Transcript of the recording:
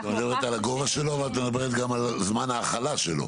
מדברת על הגובה שלו ואת מדברת גם על זמן ההחלה שלו.